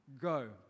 Go